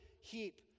heap